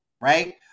right